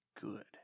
good